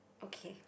okay